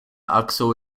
akso